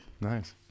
Nice